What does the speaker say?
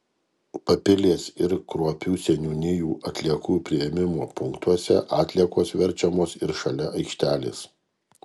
papilės ir kruopių seniūnijų atliekų priėmimo punktuose atliekos verčiamos ir šalia aikštelės